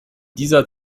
dieser